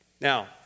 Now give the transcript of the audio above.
Now